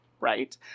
Right